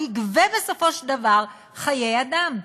הוא יגבה בסופו של דבר חיי אדם.